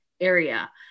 area